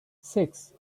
six